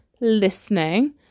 listening